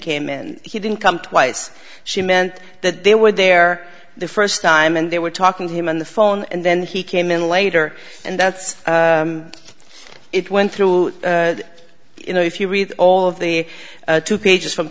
came in he didn't come twice she meant that they were there the first time and they were talking to him on the phone and then he came in later and that's it went through you know if you read all of the two pages from